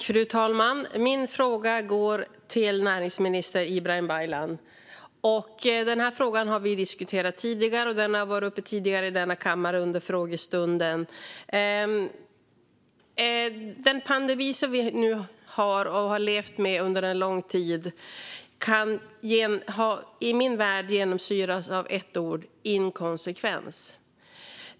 Fru talman! Min fråga går till näringsminister Ibrahim Baylan. Denna fråga har vi diskuterat tidigare, och den har varit uppe tidigare under frågestunden. Den pandemi vi nu har levt med under en längre tid genomsyras i min värld av ett ord: inkonsekvens.